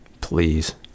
please